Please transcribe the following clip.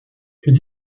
est